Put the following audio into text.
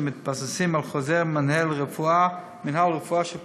אשר מתבססים על חוזר מנהל הרפואה שפורסם